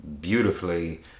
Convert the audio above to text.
beautifully